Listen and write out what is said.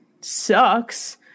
sucks